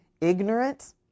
ignorant